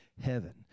heaven